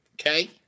Okay